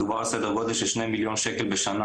מדובר על סדר גודל של 2 מיליון שקלים בשנה